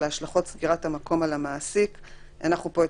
להשלכות סגירת המקום על המעסיק ---- על